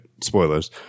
spoilers